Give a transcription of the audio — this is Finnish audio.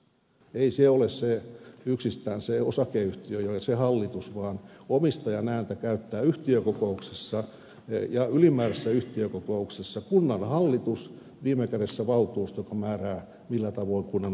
ei se ole yksistään se osakeyhtiö ja se hallitus vaan omistajan ääntä käyttää yhtiökokouksessa ja ylimääräisessä yhtiökokouksessa kunnanhallitus ja viime kädessä valtuustot määräävät millä tavoin kunnan asioita hoidetaan